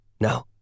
No